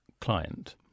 client